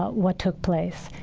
what took place.